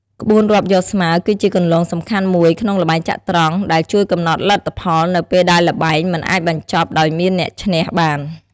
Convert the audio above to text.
ក្បួនរាប់យកស្មើ គឺជាគន្លងសំខាន់មួយក្នុងល្បែងចត្រង្គ ដែលជួយកំណត់លទ្ធផលនៅពេលដែលល្បែងមិនអាចបញ្ចប់ដោយអ្នកឈ្នះបាន។